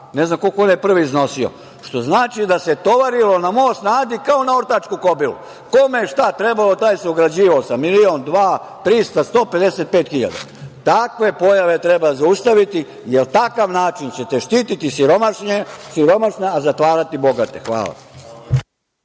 ne znam koliko je onaj prvi iznosio, što znači da se tovarilo na most na Adi kao na ortačku kobilu. Kome je šta trebalo taj se ograđivao sa milion, dva, 300, 155 hiljada. Takve pojave treba zaustaviti jer na takav način ćete štiti siromašne, a zatvarati bogate. Hvala.